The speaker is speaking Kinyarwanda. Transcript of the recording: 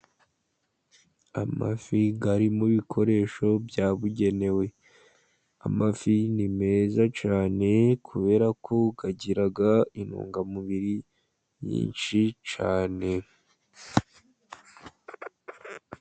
Amafi ari mu bikoresho byabugenewe. Amafi ni meza cyane kubera ko agira intungamubiri nyinshi cyane.